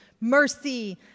mercy